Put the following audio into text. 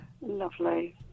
Lovely